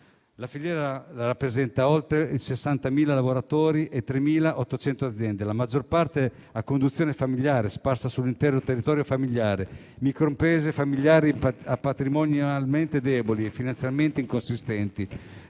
Tale filiera rappresenta oltre 60.000 lavoratori e 3.800 aziende, la maggior parte a conduzione familiare, sparse sull'intero territorio nazionale, con micro-imprese familiari patrimonialmente deboli e inconsistenti